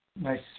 nice